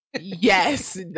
Yes